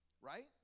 Right